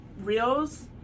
reels